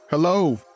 Hello